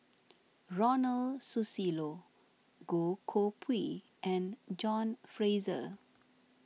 Ronald Susilo Goh Koh Pui and John Fraser